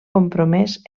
compromès